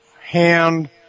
hand